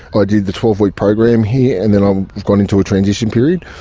i did the twelve week program here and then i've gone into a transition period,